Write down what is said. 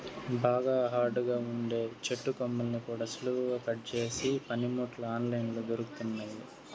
బాగా హార్డ్ గా ఉండే చెట్టు కొమ్మల్ని కూడా సులువుగా కట్ చేసే పనిముట్లు ఆన్ లైన్ లో దొరుకుతున్నయ్యి